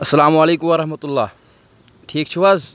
اَلسلامُ علَیکُم وَرحمتُہ اللہ ٹھیٖک چھُو حظ